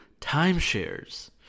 timeshares